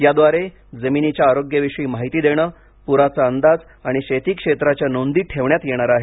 याद्वारे जमिनीच्या आरोग्याविषयी माहिती देणे पुराचा अंदाज आणि शेती क्षेत्राच्या नोंदी ठेवण्यात येणार आहेत